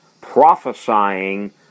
prophesying